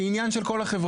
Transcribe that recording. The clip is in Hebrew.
זה עניין של כל החברה.